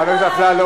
איפה שר האוצר שלך?